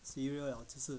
cereal liao 就吃